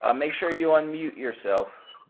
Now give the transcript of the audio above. ah make sure you unmute yourself.